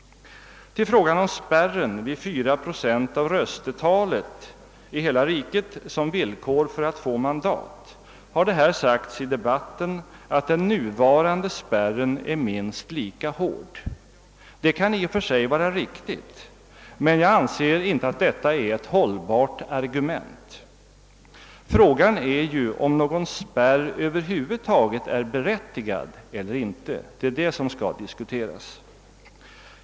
I frågan om spärren vid 4 procent av röstetalet i hela riket som villkor för att få mandat har det sagts att den nuvarande spärren är minst lika hård. Det kan i och för sig vara riktigt, men jag anser inte att detta är ett hållbart argument. Frågan är ju om någon spärr över huvud taget är berättigad eller inte.